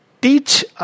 teach